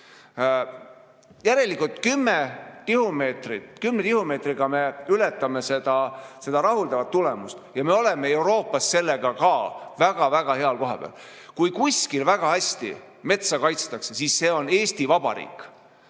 Järelikult, 10 tihumeetriga me ületame seda rahuldavat tulemust. Ja me oleme Euroopas sellega ka väga-väga hea koha peal. Kui kuskil väga hästi metsa kaitstakse, siis see on Eesti Vabariik.